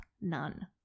none